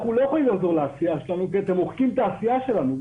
אנחנו לא יכולים לחזור לעשייה שלנו כי אתם מוחקים את העשייה שלנו,